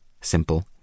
Simple